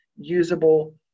usable